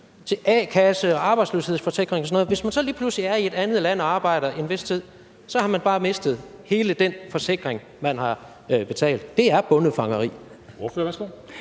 til a-kasse, arbejdsløshedsforsikring og sådan noget, har man, hvis man så i en vis periode arbejder i et andet land, bare mistet hele den forsikring, man har betalt til. Det er bondefangeri.